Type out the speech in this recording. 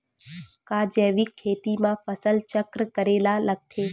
का जैविक खेती म फसल चक्र करे ल लगथे?